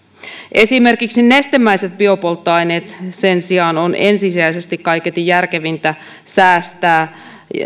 esimerkiksi nestemäiset biopolttoaineet sen sijaan on ensisijaisesti kaiketi järkevintä säästää